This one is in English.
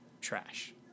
trash